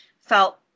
felt